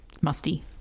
musty